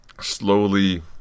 slowly